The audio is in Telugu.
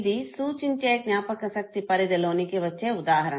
ఇది సూచించే జ్ఞాపకశక్తి పరిధిలోనికి వచ్చే ఉదాహరణ